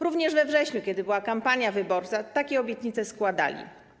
Również we wrześniu, kiedy była kampania wyborcza, takie obietnice składali.